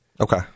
Okay